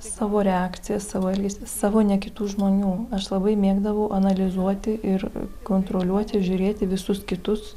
savo reakciją savo elgesį savo ne kitų žmonių aš labai mėgdavau analizuoti ir kontroliuoti žiūrėti visus kitus